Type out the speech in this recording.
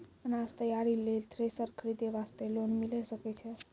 अनाज तैयारी लेल थ्रेसर खरीदे वास्ते लोन मिले सकय छै?